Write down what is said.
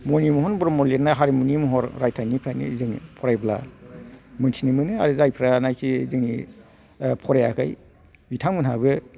मनिमहन ब्रह्म लिरनाय हारिमुनि महर रायथायनिफ्रायनो जों फरायब्ला मिथिनो मोनो आरो जायफ्रा नाखि जोंनि ओह फरायाखै बिथांमोनहाबो